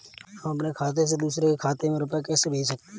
हम अपने खाते से दूसरे के खाते में रुपये कैसे भेज सकते हैं?